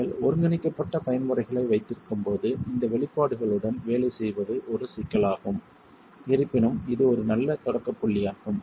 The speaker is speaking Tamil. நீங்கள் ஒருங்கிணைக்கப்பட்ட பயன்முறைகளை வைத்திருக்கும் போது இந்த வெளிப்பாடுகளுடன் வேலை செய்வது ஒரு சிக்கலாகும் இருப்பினும் இது ஒரு நல்ல தொடக்க புள்ளியாகும்